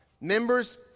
Members